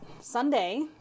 sunday